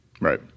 Right